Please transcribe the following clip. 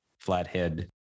flathead